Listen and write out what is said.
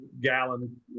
gallon